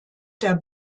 der